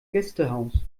gästehaus